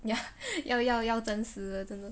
ya 要要要真实真的